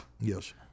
Yes